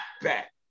back